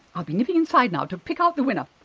i'll be nipping inside now to pick out the winner!